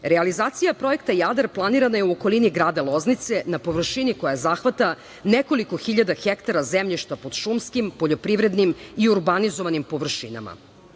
Realizacija projekta "Jadar" planirana je u okolini grada Loznice na površini koja zahvata nekoliko hiljada hektara zemljišta pod šumskim, poljoprivrednim i urbanizovanim površinama.